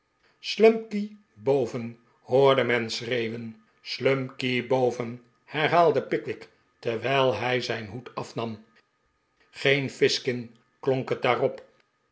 slumkey boven hoorde men schreeuwen slumkey boven herhaalde pickwick terwijl hij zijn hoed afnam geen fizkin k'lonk het daarop